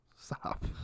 Stop